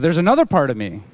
there's another part of me